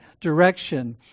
direction